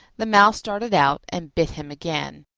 the mouse darted out and bit him again.